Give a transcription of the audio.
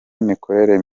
imikorere